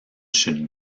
should